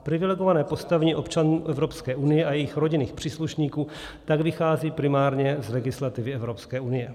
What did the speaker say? Privilegované postavení občanů Evropské unie a jejich rodinných příslušníků tak vychází primárně z legislativy Evropské unie.